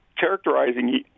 characterizing